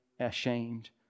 ashamed